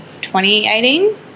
2018